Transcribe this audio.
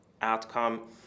outcome